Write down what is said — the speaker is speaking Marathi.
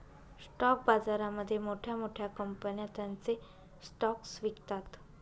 स्टॉक बाजारामध्ये मोठ्या मोठ्या कंपन्या त्यांचे स्टॉक्स विकतात